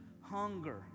hunger